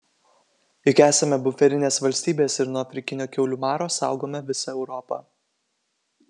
juk esame buferinės valstybės ir nuo afrikinio kiaulių maro saugome visą europą